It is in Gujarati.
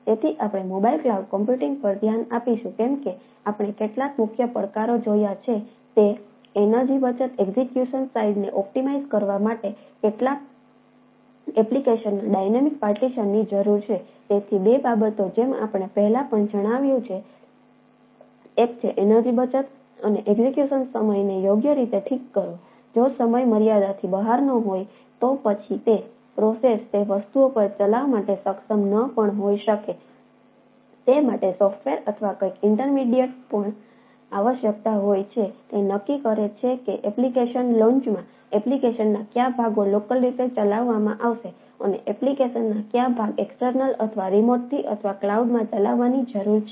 તેથી આપણે મોબાઇલ ક્લાઉડ કમ્પ્યુટિંગ પર ધ્યાન આપીશું કેમ કે આપણે કેટલાક મુખ્ય પડકારો જોયા છે તે છે કે એનર્જિ અથવા રિમોટથી અથવા ક્લાઉડમાં ચલાવવાની જરૂર છે